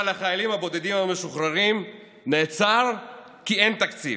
לחיילים הבודדים המשוחררים נעצר כי אין תקציב.